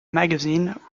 magazine